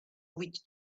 witch